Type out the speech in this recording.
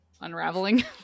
unraveling